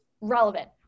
relevant